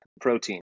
protein